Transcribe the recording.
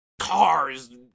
cars